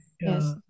Yes